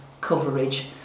coverage